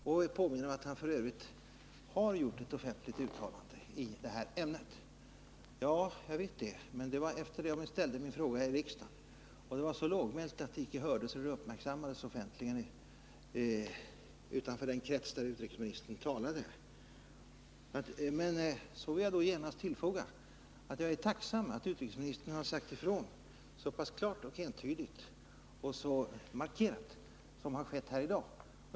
Dessutom påminner han om att han f. ö. redan har gjort ett offentligt uttalande i det här ämnet. Ja, jag vet det, men det var efter det jag hade ställt min fråga i riksdagen, och det var dessutom så lågmält att det icke hördes eller uppmärksammades offentligt utanför den krets där utrikesministern talade. Men så vill jag då genast tillfoga att jag är tacksam för att utrikesministern sagt ifrån så pass klart, entydigt och markerat som skett här i dag.